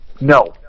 No